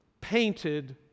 painted